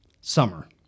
summer